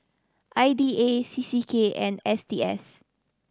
I D A C C K and S T S